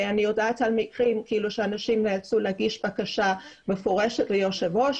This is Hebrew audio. אני יודעת על מקרים שאנשים נאלצו להגיש בקשה מפורשת ליושב ראש,